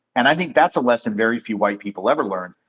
and i think that's a lesson very few white people ever learned.